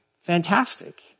fantastic